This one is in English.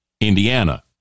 Indiana